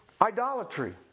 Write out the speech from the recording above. idolatry